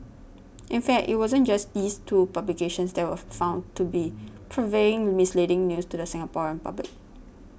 in fact it wasn't just these two publications that were found to be purveying misleading news to the Singaporean public